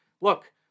Look